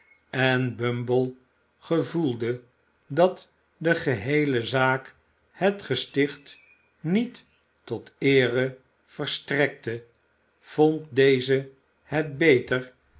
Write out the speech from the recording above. en bumble gevoelde dat de geheele zaak het gesticht niet tot eere verstrekte vond deze het beter